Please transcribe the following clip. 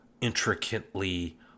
intricately